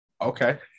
Okay